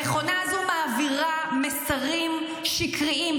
המכונה הזו מעבירה מסרים שקריים,